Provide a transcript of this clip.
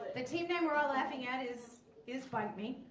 the team name we're all laughing at is is byte me.